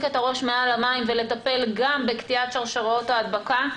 את הראש מעל המים ולטפל גם בקטיעת שרשראות ההדבקה,